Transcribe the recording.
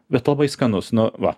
bet labai skanus nu va